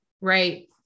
Right